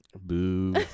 Boo